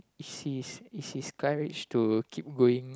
is his is his courage to keep going